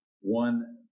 One